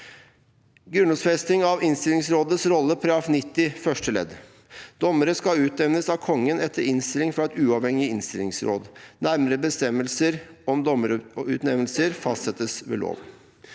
Grunnlovfesting av innstillingsrådets rolle, § 90 første ledd: «Dommere utnevnes av Kongen etter innstilling fra et uavhengig råd. Nærmere bestemmelser om dommerutnevnelser fastsettes ved lov.»